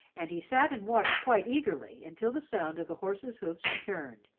and he sat and watched quite eagerly until the sound of the horses' hoofs returned.